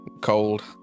cold